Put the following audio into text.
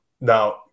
Now